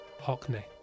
hockney